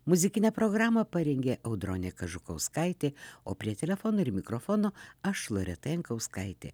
muzikinę programą parengė audronė kažukauskaitė o prie telefono ir mikrofono aš loreta jankauskaitė